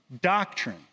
doctrine